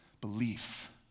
Belief